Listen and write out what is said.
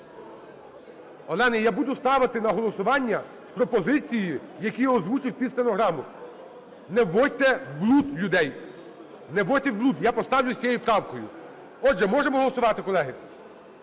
Олена, я буду ставити на голосування з пропозицією, яку я озвучив під стенограму. Не вводьте в блуд людей, не вводьте в блуд. Я поставлю з цією правкою. Отже, можемо голосувати, колеги?